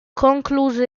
concluse